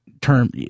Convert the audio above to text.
term